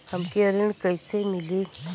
हमके ऋण कईसे मिली?